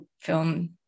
film